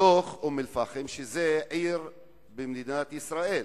בתוך אום-אל-פחם, שזאת עיר במדינת ישראל,